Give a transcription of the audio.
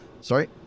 Sorry